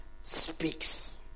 speaks